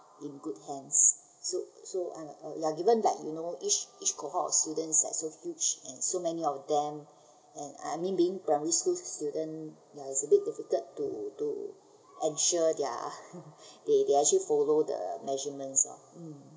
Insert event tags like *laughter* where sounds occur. in good hands so so uh uh you are given like you know each each of students' like so huge and so many of them and I mean being primary school student ya is a bit difficult to to ensure their *laughs* they they actually follow the measurements uh